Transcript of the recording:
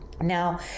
Now